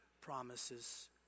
promises